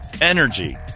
energy